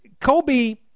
Kobe